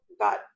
got